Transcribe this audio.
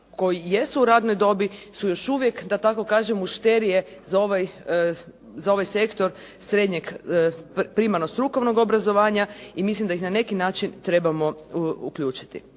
koji jesu u radnoj dobi su još uvijek, da tako kažem, mušterije za ovaj sektor srednjeg primarnog strukovnog obrazovanja i mislim da ih na neki način trebamo uključiti.